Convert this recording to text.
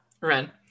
ren